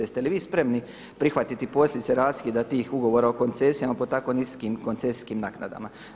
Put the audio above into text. Jeste li vi spremni prihvatiti posljedice raskida tih ugovora o koncesijama po tako niskim koncesijskim naknadama?